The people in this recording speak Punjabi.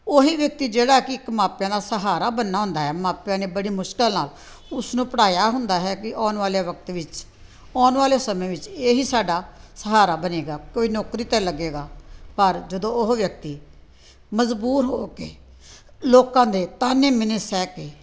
ਉਹ ਹੀ ਵਿਅਕਤੀ ਜਿਹੜਾ ਕਿ ਇੱਕ ਮਾਪਿਆਂ ਦਾ ਸਹਾਰਾ ਬਣਨਾ ਹੁੰਦਾ ਹੈ ਮਾਪਿਆਂ ਨੇ ਬੜੀ ਮੁਸ਼ਕਿਲ ਨਾਲ ਉਸ ਨੂੰ ਪੜ੍ਹਾਇਆ ਹੁੰਦਾ ਹੈ ਕਿ ਆਉਣ ਵਾਲੇ ਵਕਤ ਵਿੱਚ ਆਉਣ ਵਾਲੇ ਸਮੇਂ ਵਿੱਚ ਇਹ ਹੀ ਸਾਡਾ ਸਹਾਰਾ ਬਣੇਗਾ ਕੋਈ ਨੌਕਰੀ 'ਤੇ ਲੱਗੇਗਾ ਪਰ ਜਦੋਂ ਉਹ ਵਿਅਕਤੀ ਮਜ਼ਬੂਰ ਹੋ ਕੇ ਲੋਕਾਂ ਦੇ ਤਾਹਨੇ ਮਿਹਣੇ ਸਹਿ ਕੇ